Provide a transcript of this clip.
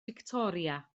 fictoria